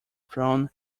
from